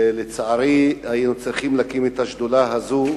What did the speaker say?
לצערי היינו צריכים להקים את השדולה הזאת,